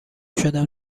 شدم